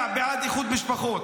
הצביע בעד איחוד משפחות,